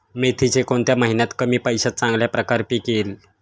मेथीचे कोणत्या महिन्यात कमी पैशात चांगल्या प्रकारे पीक येईल?